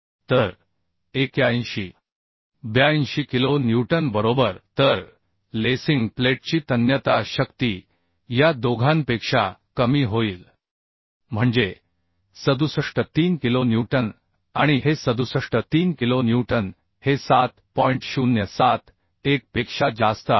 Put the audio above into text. तर 81 82 kilo newton बरोबर तर लेसिंग प्लेटची तन्यता शक्ती या दोघांपेक्षा कमी होईल म्हणजे 67 3 किलो न्यूटन आणि हे 67 3 किलो न्यूटन हे 7 पेक्षा जास्त आहे